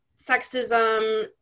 sexism